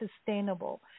sustainable